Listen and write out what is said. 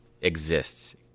exists